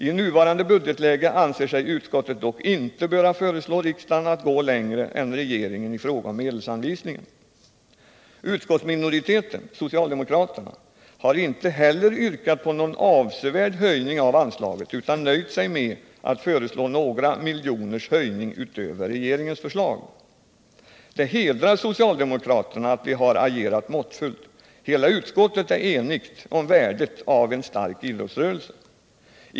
I nuvarande budgetläge anser sig utskottet dock inte böra föreslå riksdagen att gå längre än regeringen i fråga om medelsanvisningen. Utskottsminoriteten — socialdemokraterna — har inte heller yrkat på någon avsevärd höjning av anslaget utan nöjt sig med att föreslå några miljoners höjning utöver regeringens förslag. Det hedrar socialdemokraterna att de har agerat måttfullt — hela utskottet är enigt om värdet av en stark idrottsrörelse.